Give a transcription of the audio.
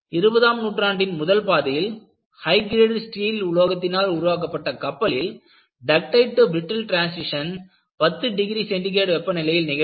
இருபதாம் நூற்றாண்டின் முதல்பாதியில் ஹை கிரேட் ஸ்டீல் உலோகத்தினால் உருவாக்கப்பட்ட கப்பலில் ductile to brittle transition 10 degree centigrade வெப்பநிலையில் நிகழ்ந்தது